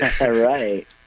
Right